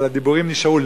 אבל הדיבורים נשארו.